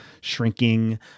shrinking